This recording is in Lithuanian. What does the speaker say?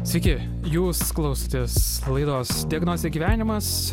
sveiki jūs klausotės laidos diagnozė gyvenimas